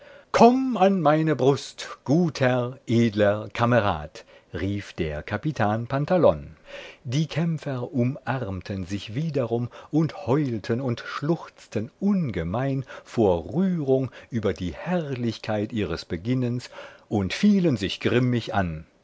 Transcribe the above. komm an meine brust guter edler kamerad rief der capitan pantalon die kämpfer umarmten sich wiederum und heulten und schluchzten ungemein vor rührung über die herrlichkeit ihres beginnens und fielen sich grimmig an